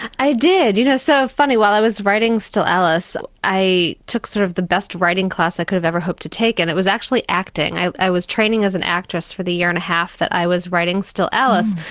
i did. you know, so funny, while i was writing still alice i took sort of the best writing class i could have ever hopeed to take and it was actually acting. i i was training as an actress for the year and a half that i was writing still alice,